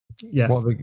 Yes